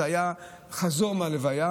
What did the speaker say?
זו הייתה הדרך חזור מההלוויה,